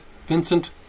Vincent